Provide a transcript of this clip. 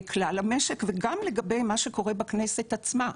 כלל המשק וגם לגבי מה שקורה בכנסת עצמה,